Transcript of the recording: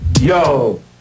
Yo